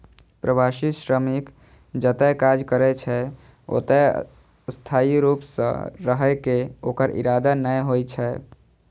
प्रवासी श्रमिक जतय काज करै छै, ओतय स्थायी रूप सं रहै के ओकर इरादा नै होइ छै